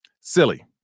silly